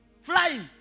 Flying